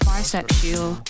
Bisexual